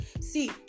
see